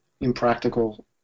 impractical